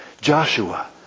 Joshua